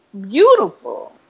beautiful